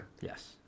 Yes